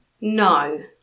No